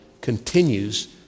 continues